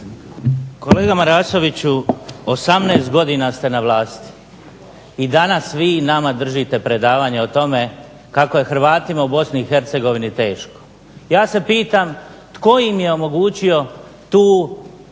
Kolega Marasoviću 18 godina ste na vlasti i danas vi nama držite predavanje o tome kako je Hrvatima u Bosni i Hercegovini teško, ja se pitam tko im je omogućio tu crnu